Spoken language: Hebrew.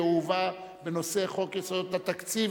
שהיא הובאה בנושא חוק יסודות התקציב,